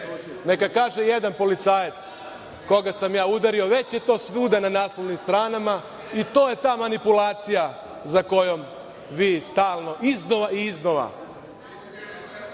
neka kaže jedan policajac koga sam ja udario. Već je to svuda na naslovnim stranama i to je ta manipulacija sa kojom vi stalno iznova i iznova